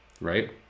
right